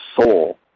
soul